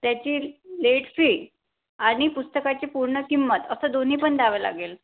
त्याची late fee आणि पुस्तकाची पूर्ण किंमत असं दोन्ही पण द्यावं लागेल